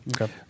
Okay